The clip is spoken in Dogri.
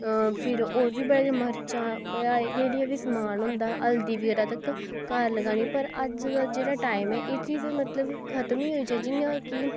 फिर होर बी बड़ा किश मर्चां जेह्ड़ियां बी समान होंदा हल्दी बगैरा तक घर लगानी पर अज्ज दा जेह्ड़ा टाइम ऐ एह् चीज मतलब खत्म ही होआ दी जि'यां कि